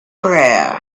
prayer